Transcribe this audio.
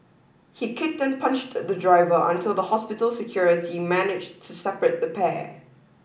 he kicked and punched the driver until the hospital security managed to separate the pair